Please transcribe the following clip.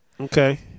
Okay